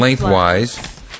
lengthwise